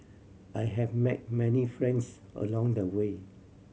I have met many friends along the way